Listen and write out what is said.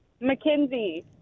Mackenzie